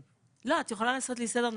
את יכולה לעשות לי סדר.